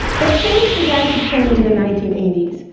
but things began to change in the nineteen eighty s.